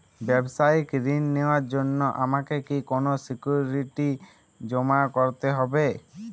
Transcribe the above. ব্যাবসায়িক ঋণ নেওয়ার জন্য আমাকে কি কোনো সিকিউরিটি জমা করতে হবে?